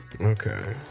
Okay